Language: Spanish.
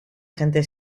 gente